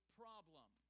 problem